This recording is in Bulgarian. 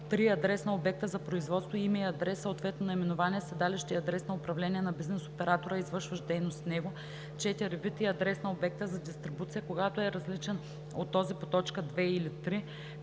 3. адрес на обекта за производство, име и адрес, съответно наименование, седалище и адрес на управление на бизнес оператора, извършващ дейност в него; 4. вид и адрес на обекта за дистрибуция, когато е различен от този по т. 2 или 3;